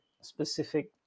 specific